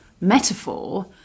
metaphor